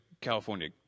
California –